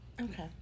Okay